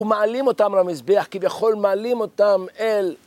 ומעלים אותם למזבח, כביכול מעלים אותם אל...